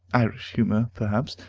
irish humor, perhaps,